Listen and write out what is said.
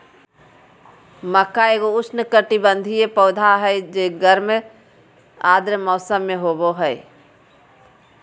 मक्का एगो उष्णकटिबंधीय पौधा हइ जे गर्म आर्द्र मौसम में होबा हइ